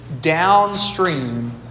downstream